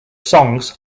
songs